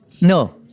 no